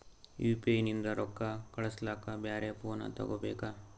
UPI ನಿಂದ ರೊಕ್ಕ ಕಳಸ್ಲಕ ಬ್ಯಾರೆ ಫೋನ ತೋಗೊಬೇಕ?